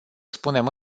spunem